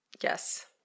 Yes